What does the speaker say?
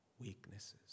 weaknesses